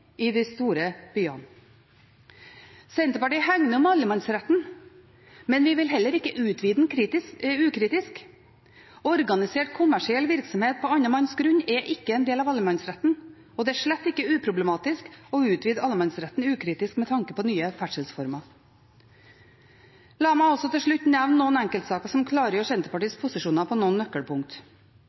i de store byene. Senterpartiet hegner om allemannsretten, men vi vil heller ikke utvide den ukritisk. Organisert, kommersiell virksomhet på annen manns grunn er ikke en del av allemannsretten, og det er slett ikke uproblematisk å utvide allemannsretten ukritisk med tanke på nye ferdselsformer. La meg også til slutt nevne noen enkeltsaker som klargjør Senterpartiets posisjoner på noen